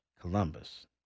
Columbus